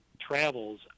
travels